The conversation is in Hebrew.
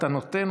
אתה נותן,